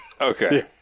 Okay